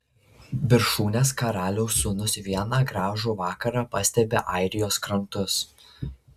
viršūnės karaliaus sūnus vieną gražų vakarą pastebi airijos krantus